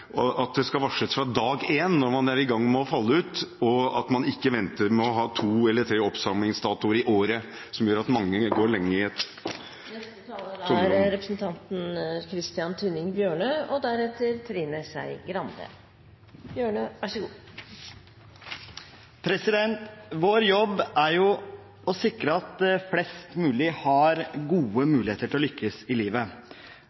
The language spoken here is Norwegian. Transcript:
punkt, at det skal varsles fra dag én når man er i ferd med å falle ut, og at man ikke venter på to eller tre oppsamlingsdatoer i året, noe som gjør at mange går lenge i et tomrom. Vår jobb er å sikre at flest mulig har gode